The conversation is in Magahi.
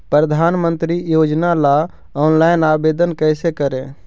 प्रधानमंत्री योजना ला ऑनलाइन आवेदन कैसे करे?